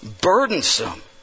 burdensome